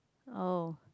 oh